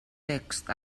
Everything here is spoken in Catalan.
text